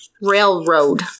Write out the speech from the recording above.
Railroad